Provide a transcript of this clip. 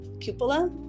cupola